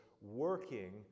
working